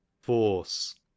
force